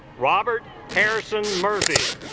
robert harrison murphy